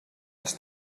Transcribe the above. els